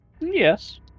Yes